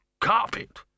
carpet